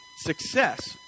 success